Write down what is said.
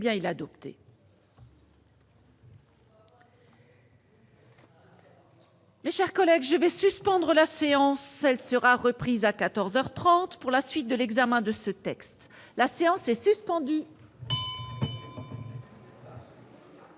bien, il a adopté. Mes chers collègues, je vais suspendre la séance, elle sera reprise à 14 heures 30 pour la suite de l'examen de ce texte, la séance est suspendue.